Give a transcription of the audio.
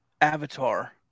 Avatar